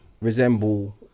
resemble